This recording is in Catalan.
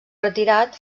retirat